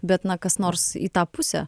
bet na kas nors į tą pusę